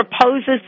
proposes